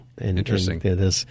Interesting